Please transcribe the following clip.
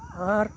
ᱟᱨ